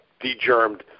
de-germed